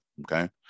Okay